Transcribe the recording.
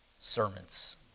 sermons